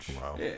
Wow